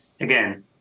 again